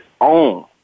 own